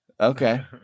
Okay